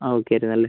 ആ ഓക്കെ ഇതു നല്ല